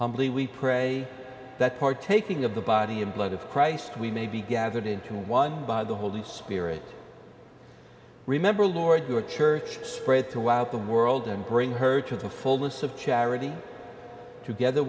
humbly we pray that partaking of the body and blood of christ we may be gathered into one by the holy spirit remember lord your church spread throughout the world and bring her to the fullness of charity together